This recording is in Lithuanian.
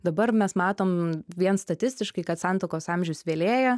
dabar mes matom vien statistiškai kad santuokos amžius vėlėja